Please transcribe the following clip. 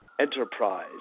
enterprise